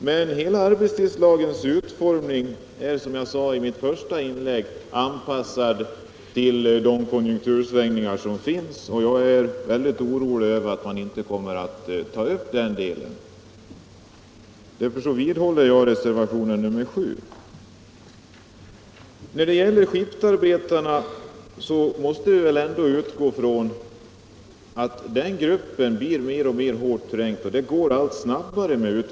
Men hela arbetstidslagens utformning är, som jag sade i mitt första inlägg, anpassad till de konjunktursvängningar som förekommer, och jag är mycket orolig för att man inte kommer att ta upp den delen av problemet. Därför vidhåller jag mitt yrkande om bifall till reservationen 7. När det gäller skiftarbetarna måste vi väl ändå utgå från att den gruppen blir allt hårdare trängd — och utvecklingen går allt snabbare.